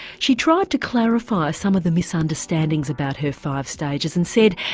she tried to clarify some of the misunderstandings about her five stages and said,